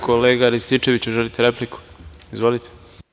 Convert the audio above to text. Kolega Rističeviću da li želite repliku? (Da.) Izvolite.